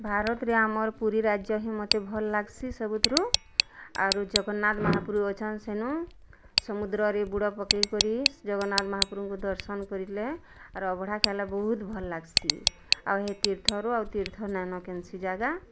ଭାରତ୍ରେ ଆମର୍ ପୁରି ରାଜ୍ୟ ହି ମତେ ଭଲ୍ ଲାଗ୍ସିଁ ସବୁଥିରୁ ଆରୁ ଜଗନ୍ନାଥ ମହାପ୍ରଭୁ ଅଛନ୍ ସେନୁ ସମୁଦ୍ରରେ ବୁଡ଼ ପକେଇ କରି ଜଗନ୍ନାଥ ମହାପ୍ରଭୁଙ୍କୁ ଦର୍ଶନ୍ କରିଲେ ଆର୍ ଅଭଡ଼ା ଖାଇଲେ ବହୁତ୍ ଭଲ୍ ଲାଗ୍ସିଁ ଆଉ ହେ ତୀର୍ଥରୁ ଆଉ ତୀର୍ଥ ନାଇଁନ କେନ୍ ସିଁ ଜାଗା